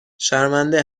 شرمنده